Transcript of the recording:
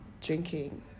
drinking